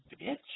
Bitch